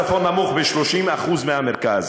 השכר הממוצע בצפון נמוך ב-30% מבמרכז.